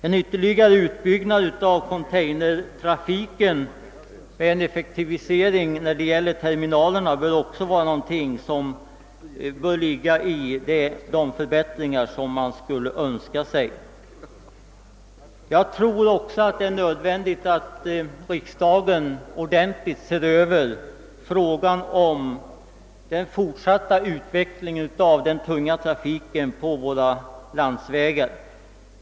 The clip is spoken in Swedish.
En ytterligare utbyggnad av containertrafiken och en effektivisering när det gäller terminalerna är också här exempel på sådana förbättringar som man skulle önska sig. Jag tror också att det är nödvändigt att riksdagen ordentligt ser över frågan om den fortsatta utvecklingen av den tunga trafiken på våra landsvägar.